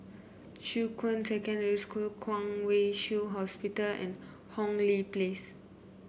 Shuqun Secondary School Kwong Wai Shiu Hospital and Hong Lee Place